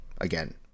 Again